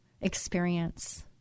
experience